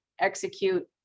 execute